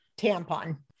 tampon